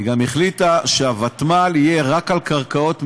היא גם החליטה שהוותמ"ל, רק על קרקעות מדינה.